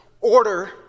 order